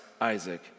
Isaac